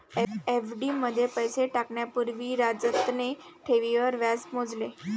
FD मध्ये पैसे टाकण्या पूर्वी राजतने ठेवींवर व्याज मोजले